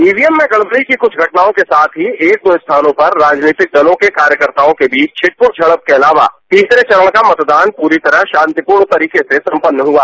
EVM में गड़बड़ी की कुछ घटनाओं के साथ ही एक दो स्थानों पर राजनीतिक दलों के कार्यकताओं के बीच छिटपुट झड़प के अलावा तीसरे चरण का मतदान पूरी तरह शांतिपूर्ण तरीके से सम्पन्न हुआ